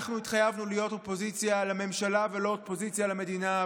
אנחנו התחייבנו להיות אופוזיציה לממשלה ולא אופוזיציה למדינה,